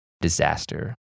disaster